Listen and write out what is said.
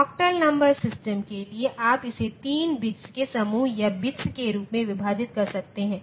octal number system के लिए आप इसे 3 बिट्स के समूह या बिट्स के रूप में विभाजित कर सकते हैं